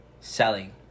selling